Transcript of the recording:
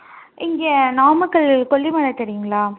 இங்கே நாமக்கல் கொல்லிமலை தெரியுங்களா